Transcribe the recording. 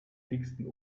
dicksten